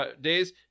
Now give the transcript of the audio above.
days